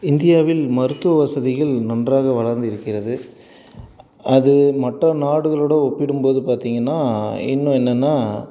இந்தியாவில் மருத்துவ வசதிகள் நன்றாக வளர்ந்திருக்கிறது அது மற்ற நாடுகளோடு ஒப்பிடும் போது பார்த்தீங்கன்னா இன்னும் என்னென்னா